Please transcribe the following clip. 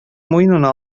муенына